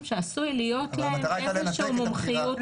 שעשוי להיות להם איזושהי מומחיות --- לא,